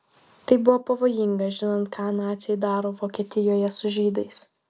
tai buvo pavojinga žinant ką naciai daro vokietijoje su žydais